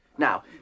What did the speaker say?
Now